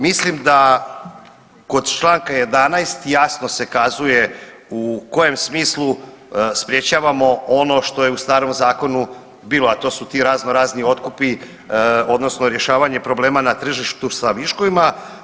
Mislim da kod članka 11. jasno se kazuje u kojem smislu sprječavamo ono što je u starom zakonu bilo, a to su ti razno razni otkupi, odnosno rješavanje problema na tržištu sa viškovima.